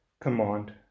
command